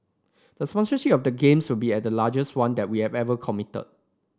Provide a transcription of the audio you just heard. the sponsorship of the Games will be at the largest one that we have ever committed